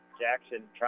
Jackson